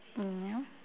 mm ya